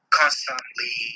constantly